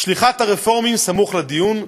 שליחת הרפורמים סמוך לדיון,